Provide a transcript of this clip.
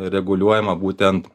reguliuojama būtent